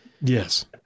Yes